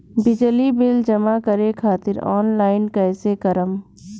बिजली बिल जमा करे खातिर आनलाइन कइसे करम?